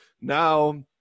now